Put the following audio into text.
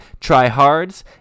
tryhards